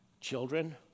children